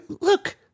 look